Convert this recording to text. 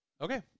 okay